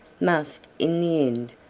must, in the end,